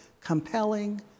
compelling